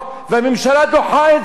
כל פעם אני שואל, למה דוחים?